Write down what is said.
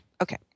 Okay